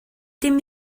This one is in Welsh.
dim